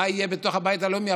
מה יהיה בתוך הבית הלאומי,